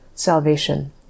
salvation